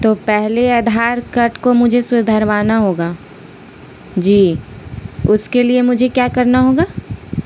تو پہلے آدھار کڈ کو مجھے سدھھروانا ہوگا جی اس کے لیے مجھے کیا کرنا ہوگا